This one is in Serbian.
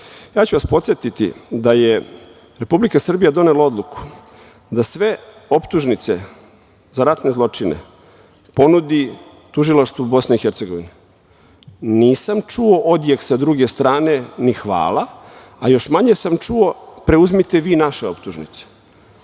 ću vas podsetiti da je Republika Srbija donela odluku da sve optužnice za ratne zločine ponudi tužilaštvu BiH. Nisam čuo odjek sa druge strane, ni hvala, a još manje sam čuo – preuzmite vi naše optužnice.